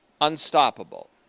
unstoppable